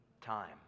time